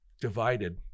divided